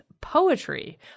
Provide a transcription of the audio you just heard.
Poetry